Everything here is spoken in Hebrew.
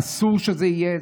אסור שזה יהיה.